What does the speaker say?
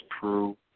true